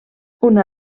una